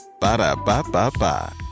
ba-da-ba-ba-ba